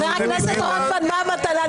חבר הכנסת רוטמן, מה המתנה?